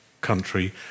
country